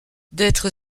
d’être